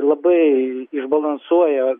labai išbalansuoja